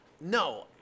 No